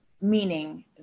meaning